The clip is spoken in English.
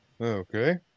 Okay